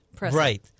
right